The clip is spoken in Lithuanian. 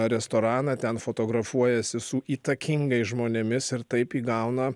restoraną ten fotografuojasi su įtakingais žmonėmis ir taip įgauna